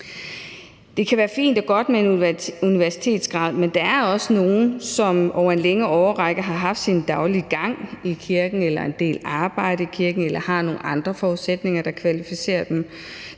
Det kan være fint og godt med en universitetsgrad, men der er også nogle, som over en længere årrække har haft deres daglige gang i kirken eller en del arbejde i kirken eller har nogle andre forudsætninger, der kvalificerer dem